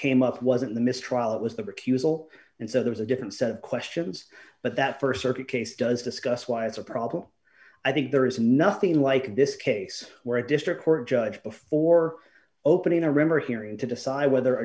came up wasn't the mistrial it was the refusal and so there's a different set of questions but that st circuit case does discuss why it's a problem i think there is nothing like this case where a district court judge before opening a river hearing to decide whether